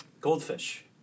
goldfish